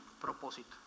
propósito